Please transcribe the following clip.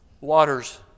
Water's